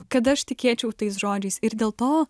kad aš tikėčiau tais žodžiais ir dėl to